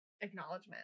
acknowledgement